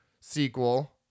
sequel